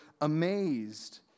amazed